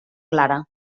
clara